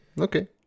okay